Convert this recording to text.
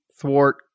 thwart